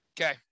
Okay